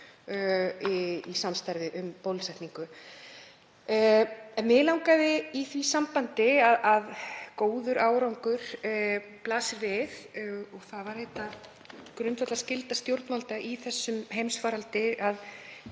í samstarfi um bólusetningu. Í því sambandi að góður árangur blasir við og það var grundvallarskylda stjórnvalda í þessum heimsfaraldri að